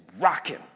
rocking